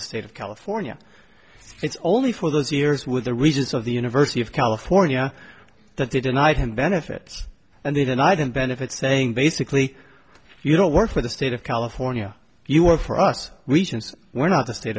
the state of california it's only for those years with the regions of the university of california that they denied him benefits and they didn't i didn't benefit saying basically you don't work for the state of california you work for us we're not the state